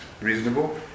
reasonable